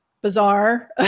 bizarre